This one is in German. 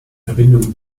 verbindung